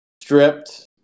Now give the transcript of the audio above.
stripped